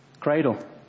cradle